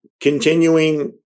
Continuing